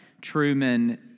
Truman